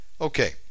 Okay